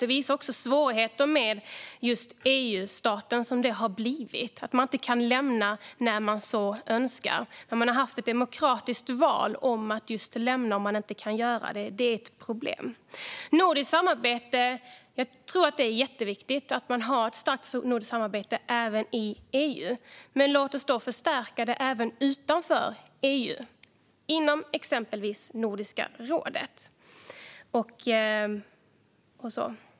Det visar också svårigheter med just EU-staten som den har blivit, att man inte kan lämna den när man så önskar. När man har haft ett demokratiskt val om att lämna EU och inte kan göra det är det ett problem. Jag tror att det är jätteviktigt att man har ett starkt nordiskt samarbete även i EU. Men låt oss då förstärka det även utanför EU inom exempelvis Nordiska rådet.